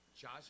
Josh